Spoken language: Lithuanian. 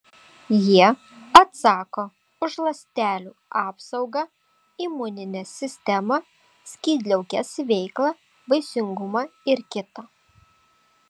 jie atsako už ląstelių apsaugą imuninę sistemą skydliaukės veiklą vaisingumą ir kita